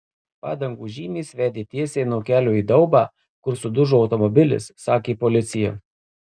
padangų žymės vedė tiesiai nuo kelio į daubą kur sudužo automobilis sakė policija